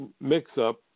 mix-up